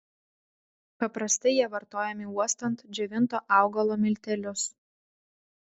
paprastai jie vartojami uostant džiovinto augalo miltelius